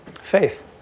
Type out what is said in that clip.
faith